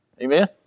amen